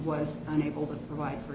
was unable to provide for